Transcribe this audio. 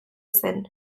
zen